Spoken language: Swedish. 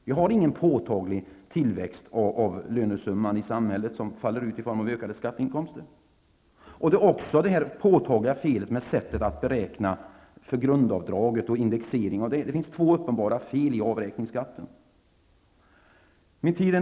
Vi har ingen påtaglig tillväxt av lönesumman i samhället som faller ut i form av ökade skatteinkomster. Här finns också det påtagliga felet i sättet att beräkna grundavdraget och indexeringen. Det finns två uppenbara fel i avräkningsskatten.